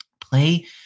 Play